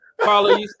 Carla